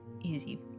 easy